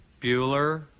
Bueller